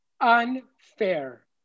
unfair